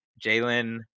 Jalen